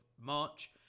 March